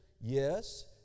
Yes